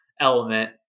element